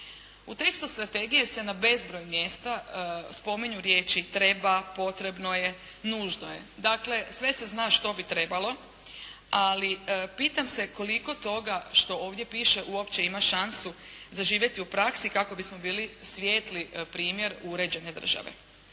U tekstu strategije se na bezbroj mjesta spominju riječi: treba, potrebno je, nužno je. Dakle sve se zna što bi trebalo, ali pitam se koliko toga što ovdje piše uopće ima šansu zaživjeti u praksi kako bismo bili svijetli primjer uređene države.